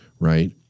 Right